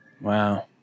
wow